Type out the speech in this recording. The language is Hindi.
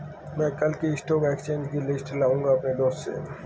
मै कल की स्टॉक एक्सचेंज की लिस्ट लाऊंगा अपने दोस्त से